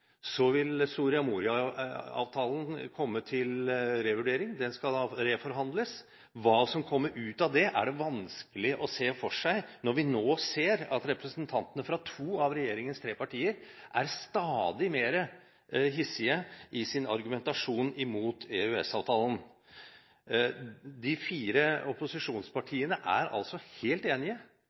vil Soria Moria-avtalen komme til revurdering, den skal reforhandles. Hva som kommer ut av det, er det vanskelig å se for seg når vi nå ser at representantene fra to av regjeringens tre partier er stadig mer hissige i sin argumentasjon mot EØS-avtalen. De fire opposisjonspartiene er altså helt enige